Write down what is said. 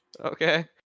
Okay